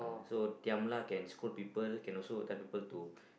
so diam lah can scold people can also attempt people to